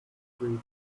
streets